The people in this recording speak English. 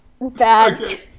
bad